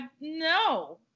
no